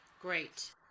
Great